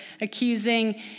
accusing